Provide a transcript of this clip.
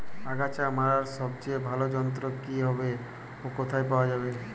আগাছা মারার সবচেয়ে ভালো যন্ত্র কি হবে ও কোথায় পাওয়া যাবে?